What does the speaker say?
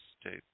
state